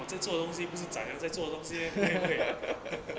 我在做东西不是在做那总结 eh 会会